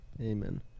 amen